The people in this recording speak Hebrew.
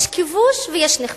יש כיבוש ויש נכבש.